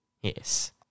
Yes